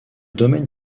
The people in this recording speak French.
domaine